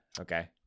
Okay